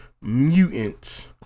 mutants